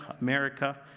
America